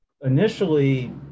initially